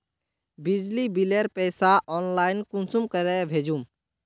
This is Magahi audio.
बिजली बिलेर पैसा ऑनलाइन कुंसम करे भेजुम?